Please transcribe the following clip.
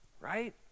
Right